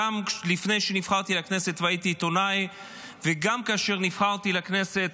גם לפני שנבחרתי לכנסת והייתי עיתונאי וגם כאשר נבחרתי לכנסת,